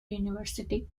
university